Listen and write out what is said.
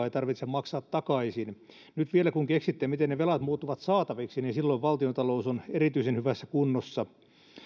ei tarvitse maksaa takaisin nyt vielä kun keksitte miten ne velat muuttuvat saataviksi niin silloin valtiontalous on erityisen hyvässä kunnossa